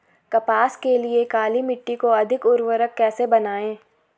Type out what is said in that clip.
कपास के लिए काली मिट्टी को अधिक उर्वरक कैसे बनायें?